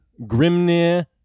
grimnir